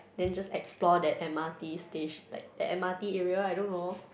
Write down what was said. then just explore that M_R_T stat~ like the M_R_T area I don't know